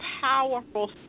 powerful